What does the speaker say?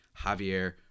Javier